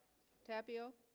tapio